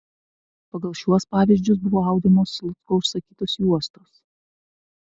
pagal šiuos pavyzdžius buvo audžiamos slucko užsakytos juostos